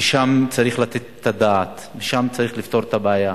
ושם צריך לתת את הדעת ושם צריך לפתור את הבעיה.